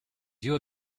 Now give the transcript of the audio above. your